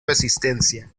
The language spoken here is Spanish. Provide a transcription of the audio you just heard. resistencia